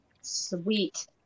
Sweet